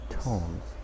tones